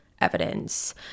evidence